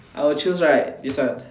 I will chose right this one